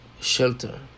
shelter